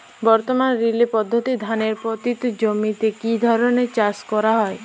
বর্তমানে রিলে পদ্ধতিতে ধানের পতিত জমিতে কী ধরনের চাষ করা হয়?